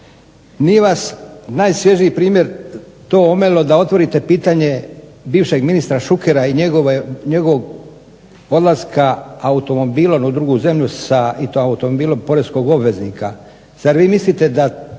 Nije vas, najsvježiji primjer, to omelo da otvorite pitanje bivšeg ministra Šukera i njegovog odlaska automobilom u drugu zemlju sa, i to automobilom poreznog obveznika. Zar vi mislite da